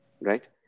right